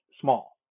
small